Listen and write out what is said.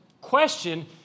question